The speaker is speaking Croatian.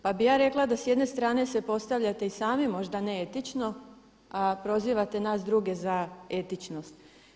Pa bih ja rekla da s jedne strane se postavljate i sami možda neetično, a prozivate nas druge za etičnost.